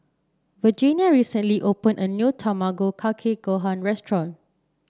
Virginia recently opened a new Tamago Kake Gohan restaurant